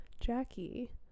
Jackie